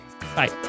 Bye